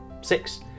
six